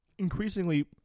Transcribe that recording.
increasingly